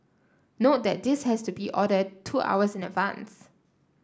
note that this has to be ordered two hours in advance